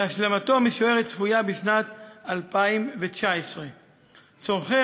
והשלמתו המשוערת צפויה בשנת 2019. צורכי